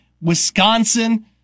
Wisconsin